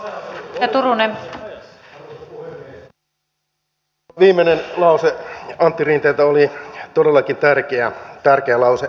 tämä viimeinen lause antti rinteeltä oli todellakin tärkeä lause